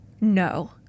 no